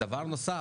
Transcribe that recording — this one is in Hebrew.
דבר נוסף,